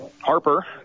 Harper